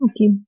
Okay